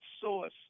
source